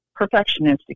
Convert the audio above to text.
perfectionistic